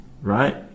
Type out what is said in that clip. right